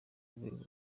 rwego